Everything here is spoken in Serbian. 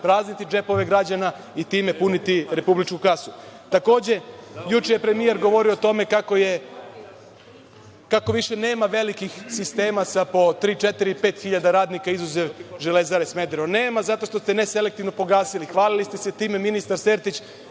prazniti džepove građana i time puniti republičku kasu. Takođe, juče je premijer govorio o tome kako više nema velikih sistema sa po tri, četiri, pet hiljada radnika, izuzev Železare Smederevo. Nema zato što ste neselektivno pogasili, hvalili ste se time, ministar Sertić